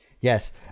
yes